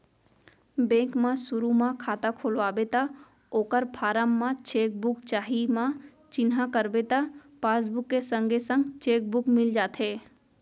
bank म सुरू म खाता खोलवाबे त ओकर फारम म चेक बुक चाही म चिन्हा करबे त पासबुक के संगे संग चेक बुक मिल जाथे